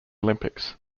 olympics